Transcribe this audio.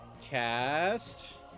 cast